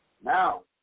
Now